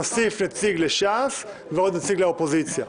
נוסיף נציג לש"ס ועוד נציג לאופוזיציה,